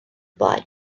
blaen